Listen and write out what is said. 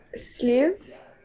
sleeves